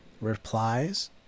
replies